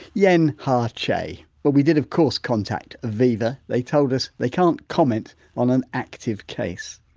yeah and har tse. well we did, of course, contact aviva, they told us they can't comment on an active case.